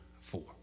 four